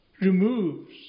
removes